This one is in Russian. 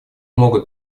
могут